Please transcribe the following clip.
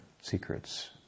secrets